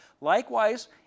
Likewise